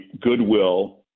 goodwill